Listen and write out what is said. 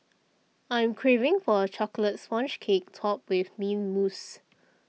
I am craving for a Chocolate Sponge Cake Topped with Mint Mousse